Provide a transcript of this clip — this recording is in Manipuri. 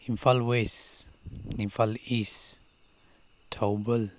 Imphal West Imphal East Thoubal